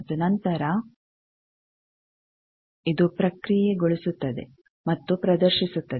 ಮತ್ತು ನಂತರ ಇದು ಪ್ರಕ್ರಿಯೆಗೊಳಿಸುತ್ತದೆ ಮತ್ತು ಪ್ರದರ್ಶಿಸುತ್ತದೆ